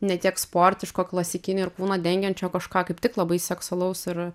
ne tiek sportiško klasikinio ir kūną dengiančio kažką kaip tik labai seksualaus ir